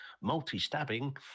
multi-stabbing